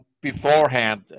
beforehand